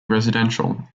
residential